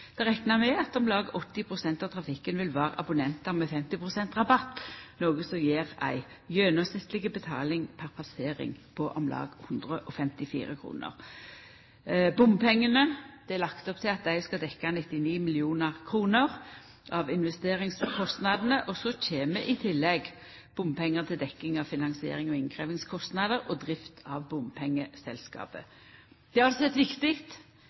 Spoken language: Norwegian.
Det er rekna med at om lag 80 pst. av trafikken vil vera abonnentar med 50 pst. rabatt, noko som gjev ei gjennomsnittleg betaling per passering på om lag 154 kr. Det er lagt opp til at bompengane skal dekkja 99 mill. kr av investeringskostnadene, og så kjem i tillegg bompengar til dekking av finansierings- og innkrevjingskostnader og drift av bompengeselskapet. Det er altså eit viktig